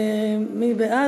מי בעד?